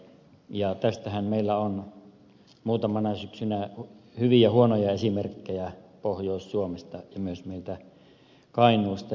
ja tästähän meillä on muutamana syksynä hyviä huonoja esimerkkejä pohjois suomesta ja myös meiltä kainuusta